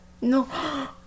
No